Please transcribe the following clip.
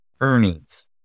earnings